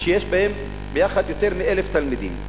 שיש בהם ביחד יותר מ-1,000 תלמידים,